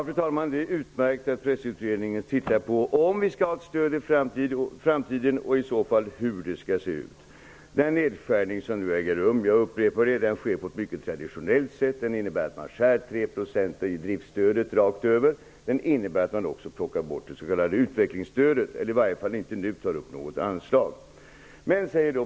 Fru talman! Det är utmärkt att Pressutredningen ser över om vi skall ha ett presstöd i framtiden och hur det skall se ut i så fall. Den nedskärning som nu äger rum sker på ett mycket traditionellt sätt, som innebär att man skär 3 % av presstödet över lag och att man också plockar bort det s.k. utvecklingsstödet, eller i alla fall inte nu tar upp något anslag för det.